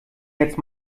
jetzt